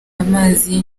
amazi